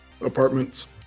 apartments